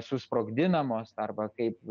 susprogdinamos arba kaip